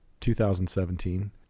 2017